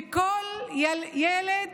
וכל ילד